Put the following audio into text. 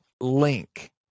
link